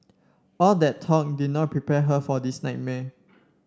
all that talk did not prepare her for this nightmare